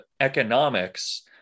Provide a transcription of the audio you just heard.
economics